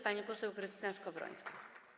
Pani poseł Krystyna Skowrońska.